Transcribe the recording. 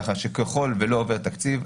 ככה שככל ולא תקציב,